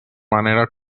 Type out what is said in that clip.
manera